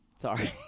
Sorry